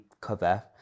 cover